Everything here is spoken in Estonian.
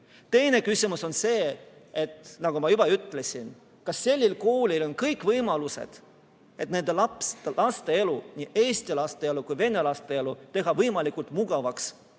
Teine küsimus on see, nagu ma juba ütlesin, kas sellel koolil on kõik võimalused, et nende laste elu, nii eesti laste kui ka vene laste elu teha võimalikult mugavaks